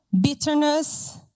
bitterness